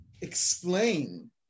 explain